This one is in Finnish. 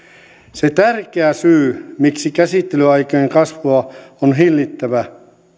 se tärkeä syy miksi käsittelyaikojen kasvua on hillittävä